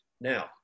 Now